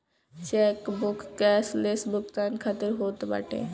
chequebook cashless भुगतान खातिर होत बाटे